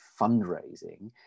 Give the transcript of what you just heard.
fundraising